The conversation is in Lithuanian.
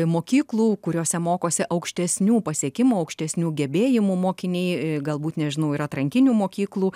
mokyklų kuriose mokosi aukštesnių pasiekimų aukštesnių gebėjimų mokiniai galbūt nežinau ir atrankinių mokyklų